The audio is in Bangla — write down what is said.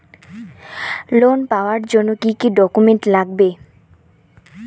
লোন পাওয়ার জন্যে কি কি ডকুমেন্ট লাগবে?